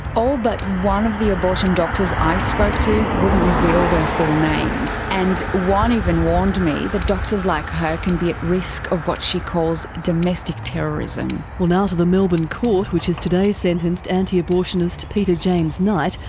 all but one of the abortion doctors i spoke to wouldn't reveal their full names, and one even warned me that doctors like her can be at risk of what she calls domestic terrorism. well, now to the melbourne court which has today sentenced anti-abortionist, peter james knight,